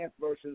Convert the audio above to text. versus